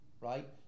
right